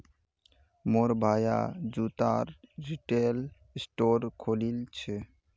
मोर भाया जूतार रिटेल स्टोर खोलील छ